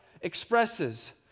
expresses